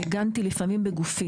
הגנתי על תלמידים, לפעמים בגופי,